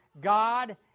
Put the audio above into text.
God